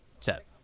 set